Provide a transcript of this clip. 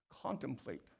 Contemplate